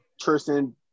Tristan